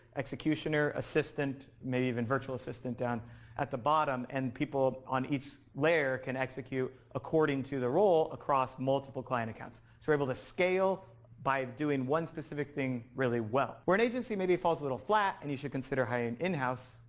executioner, assistant, maybe even virtual assistant down at the bottom and people on each layer can execute according to the role across multiple client accounts so we're able to scale by doing one specific thing really well. where an agency maybe falls a little flat, and you should consider hiring in house,